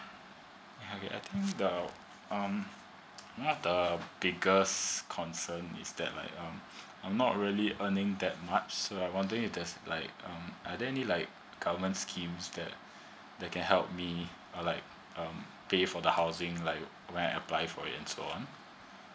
hi I think the um one of the biggest concern is that like um I'm not really earning that much so I wondering if there's like um are there any like government schemes that that can help me uh like um pay for the housing like when I apply for it and so on